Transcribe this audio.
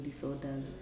disorders